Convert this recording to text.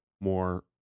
More